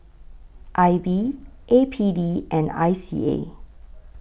I B A P D and I C A